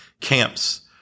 camps